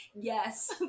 yes